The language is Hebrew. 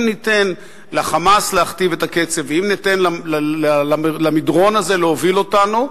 אם ניתן ל"חמאס" להכתיב את הקצב ואם ניתן למדרון הזה להוביל אותנו,